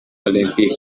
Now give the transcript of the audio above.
olempike